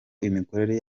imikorere